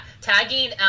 tagging